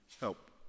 help